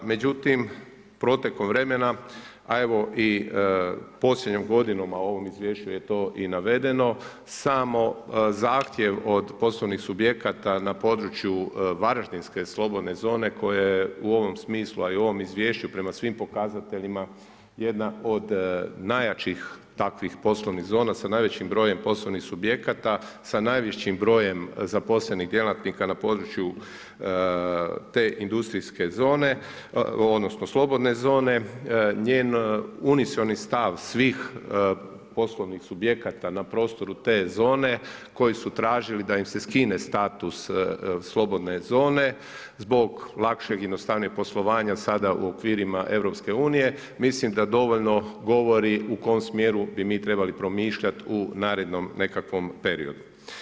Međutim, protekom vremena a evo i posljednjom godinom a u ovom izvješću je to i navedeno samo zahtjev od poslovnih subjekata na području Varaždinske slobodne zone koja je u ovom smislu a i u ovom izvješću prema svim pokazateljima jedna od najjačih takvih poslovnih zona sa najvećim brojem poslovnih subjekata, sa najvećim brojem zaposlenih djelatnika na području te industrijske zone, odnosno slobodne zone, njen unisoni stav svih poslovnih subjekata na prostoru te zone koji su tražili da im se skine status slobodne zone zbog lakšeg i jednostavnijeg poslovanja sada u okvirima EU mislim da dovoljno govori u kojem smjeru bi mi trebali promišljati u narednom nekakvom periodu.